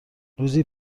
روزی